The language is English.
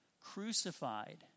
crucified